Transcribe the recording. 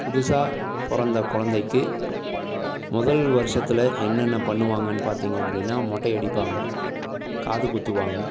புதுசாக பிறந்த குழந்தைக்கு முதல் வருஷத்தில் என்னென்ன பண்ணுவாங்கன்னு பார்த்திங்க அப்படின்னா மொட்டை அடிப்பாங்கள் காது குத்துவாங்கள்